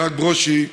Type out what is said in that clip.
ברק ברושי,